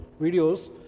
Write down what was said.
videos